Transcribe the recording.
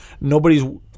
nobody's